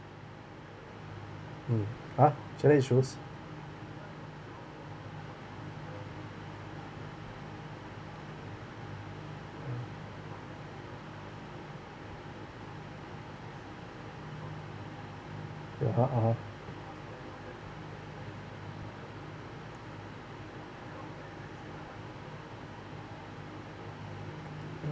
mm !huh! channel eight shows ya !huh! (uh huh)